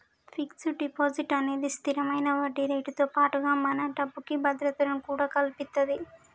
fixed deposit అనేది స్తిరమైన వడ్డీరేటుతో పాటుగా మన డబ్బుకి భద్రతను కూడా కల్పిత్తది